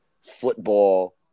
football